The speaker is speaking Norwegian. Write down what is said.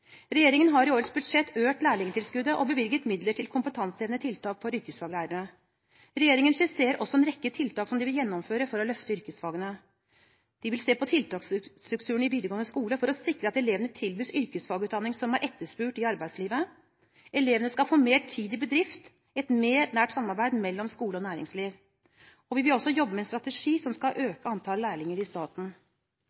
Regjeringen har i årets budsjett økt lærlingtilskuddet og bevilget midler til kompetansehevende tiltak for yrkesfaglærere. Regjeringen skisserer også en rekke tiltak som den vil gjennomføre for å løfte yrkesfagene. Regjeringen vil se på tiltaksstrukturen i videregående skole for å sikre at elevene tilbys yrkesfagutdanning som er etterspurt i arbeidslivet, elevene skal få mer tid i bedrift, man skal ha et nærere samarbeid mellom skole og næringsliv, og vi vil også jobbe med en strategi som skal